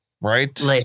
Right